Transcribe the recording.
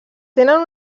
tenen